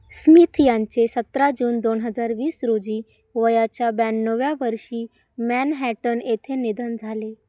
Smith यांचे सतरा June दोन हजार वीस रोजी वयाच्या ब्याण्णव्या वर्षी मॅनहॅटन येथे निधन झाले